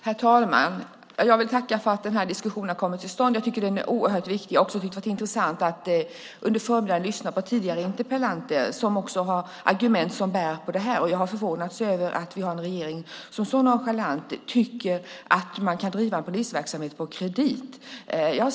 Herr talman! Jag tackar för att denna diskussion har kommit till stånd. Jag tycker att den är oerhört viktig. Det har också varit intressant att under förmiddagen lyssna på tidigare interpellanter som har argument som har bäring också på detta. Jag har förvånats över att vi har en regering som är så nonchalant och tycker att man kan driva polisverksamhet på kredit.